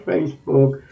Facebook